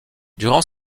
durant